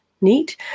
neat